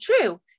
true